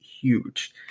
huge